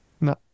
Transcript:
No